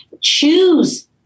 Choose